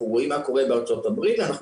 אנחנו רואים מה קורה בארצות הברית ואנחנו